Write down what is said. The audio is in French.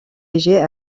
léger